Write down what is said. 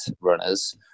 runners –